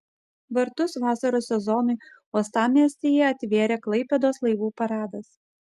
vartus vasaros sezonui uostamiestyje atvėrė klaipėdos laivų paradas